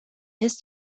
his